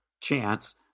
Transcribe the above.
chance